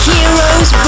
Heroes